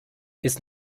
ist